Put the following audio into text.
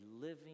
living